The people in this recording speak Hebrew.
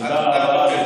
תודה רבה.